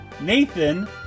Nathan